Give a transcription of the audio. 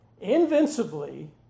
invincibly